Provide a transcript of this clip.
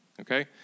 Okay